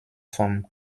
vom